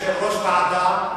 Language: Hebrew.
יושב-ראש ועדה.